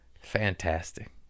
Fantastic